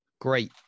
Great